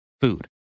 food